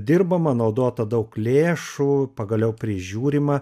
dirbama naudota daug lėšų pagaliau prižiūrima